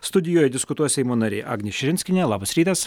studijoje diskutuos seimo narė agnė širinskienė labas rytas